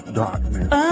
darkness